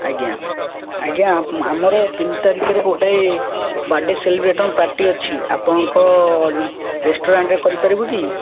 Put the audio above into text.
ଆଜ୍ଞା ଆଜ୍ଞା ଆମର ତିନି ତାରିଖରେ ଗୋଟାଏ ବାର୍ଥ୍ ଡେ ସେଲିବ୍ରେସନ୍ ପାର୍ଟି ଅଛି ଆପଣଙ୍କ ରେଷ୍ଟୁରାଣ୍ଟରେ କରିପାରିବୁ କି